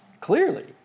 clearly